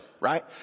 right